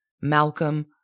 Malcolm